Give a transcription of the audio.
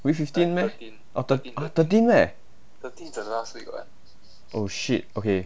week fifteen meh oh thirteen meh oh shit okay